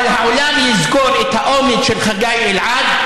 אבל העולם יזכור את האומץ של חגי אלעד,